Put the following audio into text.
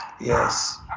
yes